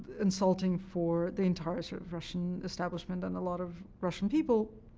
insulting for the entire sort of russian establishment and a lot of russian people.